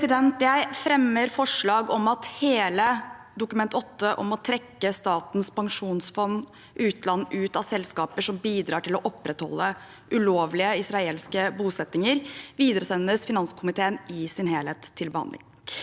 Jeg fremmer forslag om at hele Dokument 8-forslaget, om å trekke Statens pensjonsfond utland ut av selskaper som bidrar til å opprettholde ulovlige israelske bosettinger, i sin helhet videresendes finanskomiteen til behandling.